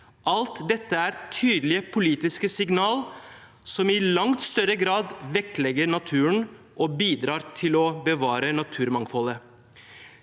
Alt dette er tydelige politiske signal som i langt større grad vektlegger naturen og bidrar til å bevare naturmangfoldet.